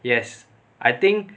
yes I think